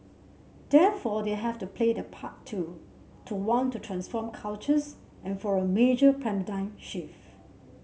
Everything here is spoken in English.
therefore they have to play their part too to want to transform cultures and for a major shift